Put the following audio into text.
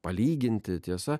palyginti tiesa